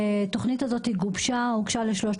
זו תוכנית שגובשה בשיתוף פעולה של שלושת